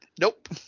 Nope